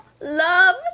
love